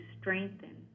strengthen